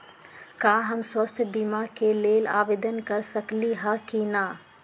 का हम स्वास्थ्य बीमा के लेल आवेदन कर सकली ह की न?